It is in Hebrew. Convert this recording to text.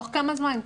תוך כמה זמן?